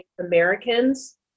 Americans